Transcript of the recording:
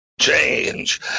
Change